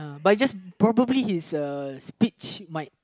but it's just probably his uh speech might